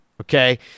okay